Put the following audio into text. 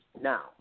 Now